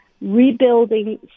rebuilding